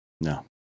no